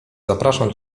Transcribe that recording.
zapraszam